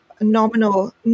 nominal